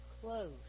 close